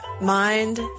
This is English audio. mind